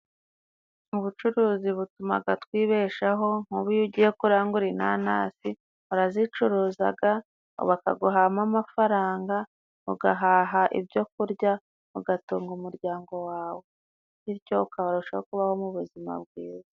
Ubucuruzi butumaga twibeshaho, nk'ubu iyo ugiye kurangura inanasi urazicuruzaga bakaguhamo amafaranga, ugahaha ibyokurya ugatunga umuryango wawe bityo ukabarushaho kubaho mu buzima bwiza.